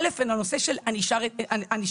א', הנושא של ענישה מרתיעה.